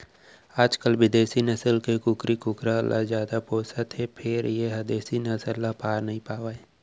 आजकाल बिदेसी नसल के कुकरी कुकरा ल जादा पोसत हें फेर ए ह देसी नसल ल पार नइ पावय